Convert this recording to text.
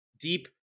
deep